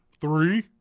Three